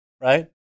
right